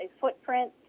footprint